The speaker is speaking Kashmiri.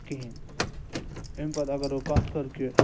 کِہیٖنۍ امہ پَتہٕ اگر بہٕ کتھ کَرٕ کہ